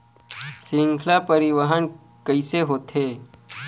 श्रृंखला परिवाहन कइसे होथे?